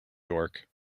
york